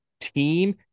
team